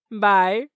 Bye